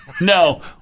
No